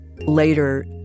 Later